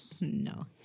No